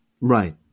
Right